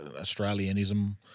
Australianism